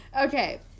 Okay